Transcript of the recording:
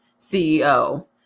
CEO